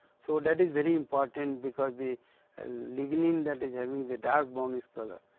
so, that is very important, because the lignin that is having the dark brownish colour.